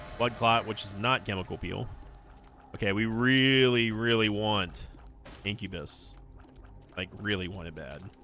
blood clot which is not chemical peel okay we really really want incubus like really wanted bad